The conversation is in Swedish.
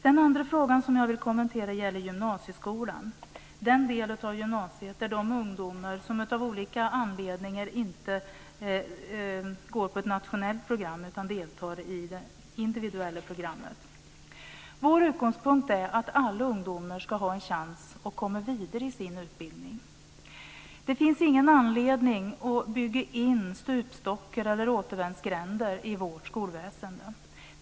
Den andra fråga som jag vill kommentera gäller den del av gymnasiet där ungdomar av olika anledningar inte går på ett nationellt program utan deltar i det individuella programmet. Vår utgångspunkt är att alla ungdomar ska ha en chans att komma vidare i sin utbildning. Det finns ingen anledning att bygga in stupstockar eller återvändsgränder i vårt skolväsende.